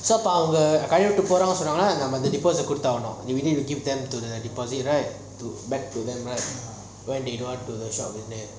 so அப்போ அவங்க காய விட்டு போறாங்க ந நம்ம:apo avanga kaaiya vitu poranga na namma deposit குடுத்து ஆகணும்:kuduthu aaganum give them the back to them lah when they want to